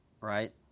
Right